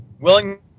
Willing